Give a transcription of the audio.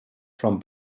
from